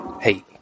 hey